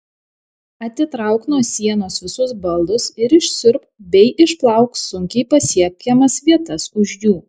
atitrauk nuo sienos visus baldus ir išsiurbk bei išplauk sunkiai pasiekiamas vietas už jų